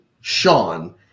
Sean